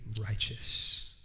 righteous